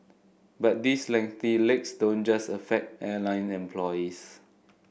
but these lengthy legs don't just affect airline employees